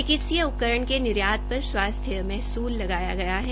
चिकित्सकीय उपकरण के निर्यात पर स्वास्थ्य महसुल लगाया गया है